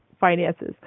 finances